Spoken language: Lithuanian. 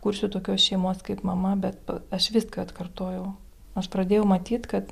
kursiu tokios šeimos kaip mama bet aš viską atkartojau aš pradėjau matyt kad